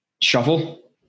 Shuffle